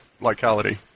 locality